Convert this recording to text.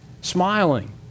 smiling